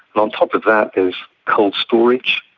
and top of that there is cold storage,